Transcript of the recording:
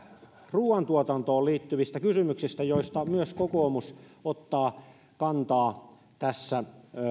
ruoantuotantoon liittyvistä kysymyksistä joihin myös kokoomus ottaa kantaa tässä